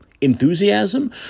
enthusiasm